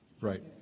Right